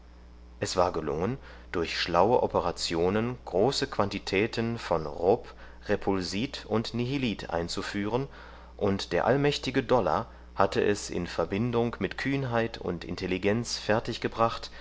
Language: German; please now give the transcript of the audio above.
es war gelungen durch schlaue operationen große quantitäten von rob repulsit und nihilit einzuführen und der allmächtige dollar hatte es in verbindung mit kühnheit und intelligenz